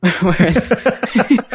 Whereas